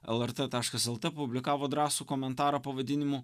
lrt taškas lt publikavo drąsų komentarą pavadinimu